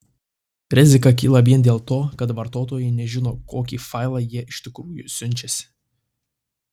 rizika kyla vien dėl to kad vartotojai nežino kokį failą jie iš tikrųjų siunčiasi